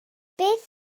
beth